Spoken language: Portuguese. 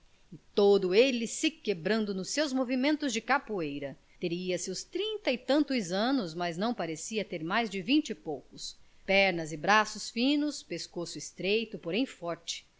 todo ele se quebrando nos seus movimentos de capoeira teria seus trinta e tantos anos mas não parecia ter mais de vinte e poucos pernas e braços finos pescoço estreito porém forte